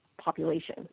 population